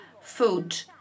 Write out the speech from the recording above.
food